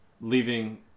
leaving